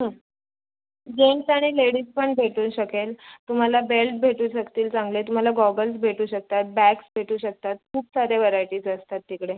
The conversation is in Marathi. जेंट्स आणि लेडीज पण भेटू शकेन तुम्हाला बेल्ट भेटू शकतील चांगले तुम्हाला गॉगल्स भेटू शकतात बॅग्ज भेटू शकतात खूप साऱ्या व्हरायटीज असतात तिकडे